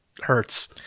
hurts